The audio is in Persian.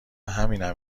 همینم